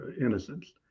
innocence